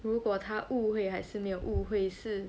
如果她误会还是没有误会是